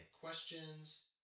questions